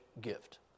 gift